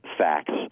facts